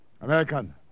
American